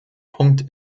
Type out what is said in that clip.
punkt